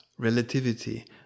Relativity